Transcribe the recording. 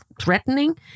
threatening